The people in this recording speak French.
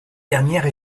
dernière